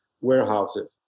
warehouses